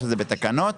זה בתקנות,